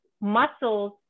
muscles